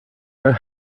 are